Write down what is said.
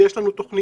ויש לנו תוכנית,